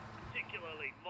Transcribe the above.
particularly